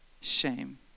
shame